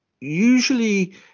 usually